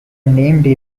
name